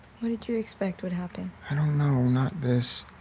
what did you expect would happen? i don't know. not this.